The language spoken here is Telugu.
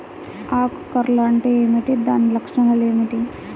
ఆకు కర్ల్ అంటే ఏమిటి? దాని లక్షణాలు ఏమిటి?